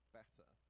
better